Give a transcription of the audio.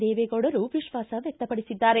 ದೇವೆಗೌಡರು ವಿಶ್ವಾಸವ್ಕಪಡಿಸಿದ್ದಾರೆ